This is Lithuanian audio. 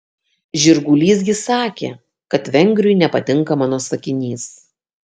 žirgulys gi sakė kad vengriui nepatinka mano sakinys